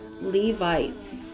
Levites